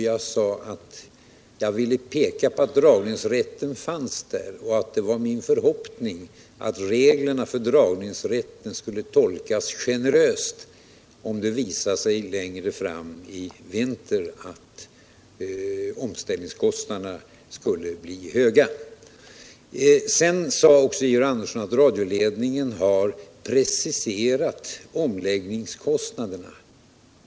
Jag sade att jag ville peka på att dragningsrätten fanns och att det var min förhoppning att reglerna för dragningsrätten skulle tolkas generöst om det visar sig längre fram i vinter att omställningskostnaderna skulle bli höga. Georg Andersson sade också att radioledningen har preciserat omläggningskostnaderna.